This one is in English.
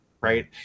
right